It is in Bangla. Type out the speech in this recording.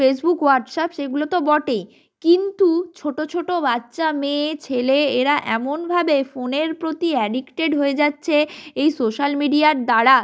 ফেসবুক ওয়াটসআপ সেইগুলো তো বটেই কিন্তু ছোট ছোট বাচ্চা মেয়ে ছেলে এরা এমনভাবে ফোনের প্রতি অ্যাডিক্টেড হয়ে যাচ্ছে এই সোশাল মিডিয়ার দ্বারা